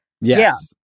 Yes